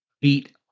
beat